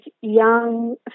young